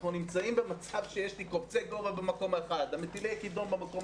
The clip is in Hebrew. אנחנו נמצאים במצב שיש לי קופצי גובה במקום אחד,